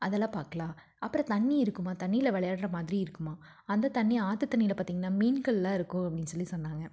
அதெல்லாம் பார்க்கலாம் அப்றம் தண்ணி இருக்குமாம் தண்ணியில் வெளையாடுற மாதிரி இருக்குமாம் அந்தத் தண்ணி ஆற்றுத் தண்ணியில் பார்த்தீங்கன்னா மீன்கள்லாம் இருக்கும் அப்படின்னு சொல்லி சொன்னாங்க